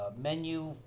menu